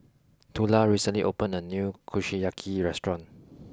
Tula recently opened a new Kushiyaki restaurant